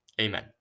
Amen